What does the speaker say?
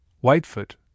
Whitefoot